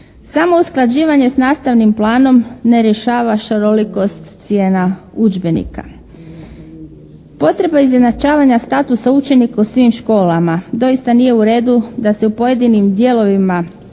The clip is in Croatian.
Samo usklađivanje s nastavnim planom ne rješava šarolikost cijena udžbenika. Potreba izjednačavanja statusa učenika u svim školama, doista nije u redu da se u pojedinim dijelovima iste